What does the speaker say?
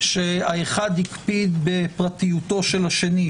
שהאחד הקפיד בפרטיותו של השני,